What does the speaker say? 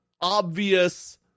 obvious